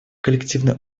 коллективный